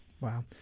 Wow